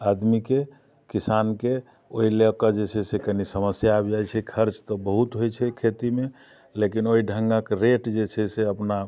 आदमीके किसानके ओइ लऽ कऽ जे छै से कनी समस्या आबि जाइ छै खर्च तऽ बहुत छै खेतीमे लेकिन ओइ ढ़ङ्गक रेट जे छै से अपना